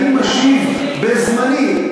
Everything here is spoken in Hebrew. ואני משיב בזמני,